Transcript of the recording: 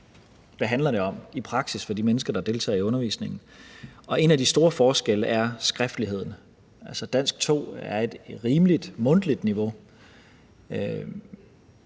hvad handler det om i praksis for de mennesker, der deltager i undervisningen? Og en af de store forskelle er skriftligheden. Altså, dansk 2 er et rimelig mundtligt niveau,